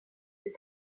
ses